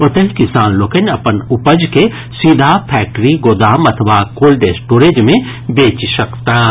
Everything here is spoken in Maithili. ओतहि किसान लोकनि आब अपन उपज के सीधा फैक्ट्री गोदाम अथवा कोल्ड स्टोरेज मे बेचि सकताह